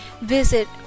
Visit